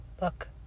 Look